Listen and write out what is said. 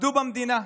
בגדו במדינה,